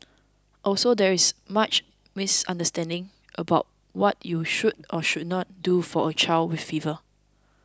also there is much misunderstanding about what you should or should not do for a child with fever